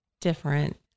different